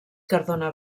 cardona